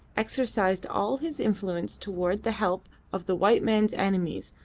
exercised all his influence towards the help of the white man's enemies,